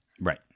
Right